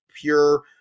pure